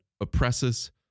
oppresses